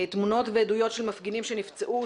תמונות ועדויות של מפגינים שנפצעו,